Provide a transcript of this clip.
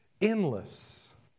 endless